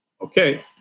okay